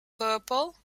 purple